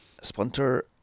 Splinter